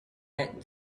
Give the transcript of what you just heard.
had